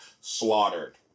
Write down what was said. Slaughtered